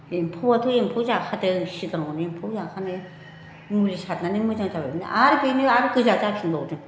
एम्फौआथ' एम्फौ जाखादों सिगाङावनो एम्फौ जाखानाय मुलि सारनानै मोजां जाबायमोन आरो बेनो आरो गोजा जाफिनबावदों